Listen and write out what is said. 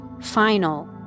Final